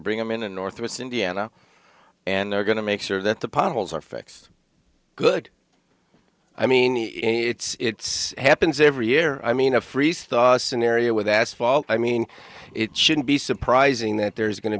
bring them in and northwest indiana and they're going to make sure that the potholes are fixed good i mean it's happens every year i mean a freeze thaw scenario with asphalt i mean it shouldn't be surprising that there's going to